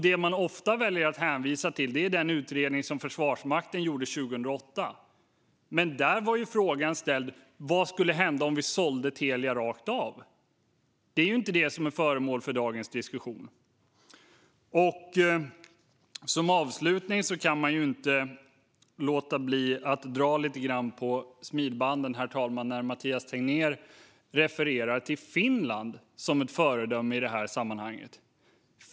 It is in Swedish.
Det man ofta väljer att hänvisa till är den utredning som Försvarsmakten gjorde 2008, men där var frågan vad som skulle hända om vi sålde Telia rakt av. Det är inte det som är föremål för dagens diskussion. Som avslutning kan jag inte låta bli att dra lite grann på smilbanden när Mathias Tegnér refererar till Finland som ett föredöme i det här sammanhanget, herr talman.